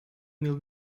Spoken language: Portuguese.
mil